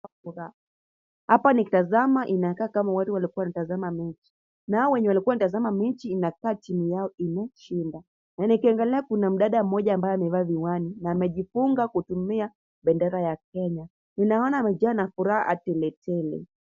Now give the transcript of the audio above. Hapa nikitazama inakaa watu wanatazama mechi na hawa wenye walikuwa wanatazama mechi inakaa timu yao imeshinda na nikiangalia kuna mdada mmoja amevaa miwani na amejifunga kutumia bendera ya Kenya naona amejawa na furaha teletele.